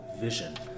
vision